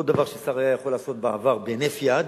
כל דבר ששר היה יכול לעשות בעבר בהינף יד,